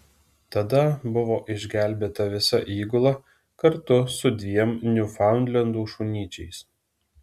tada buvo išgelbėta visa įgula kartu su dviem niufaundlendų šunyčiais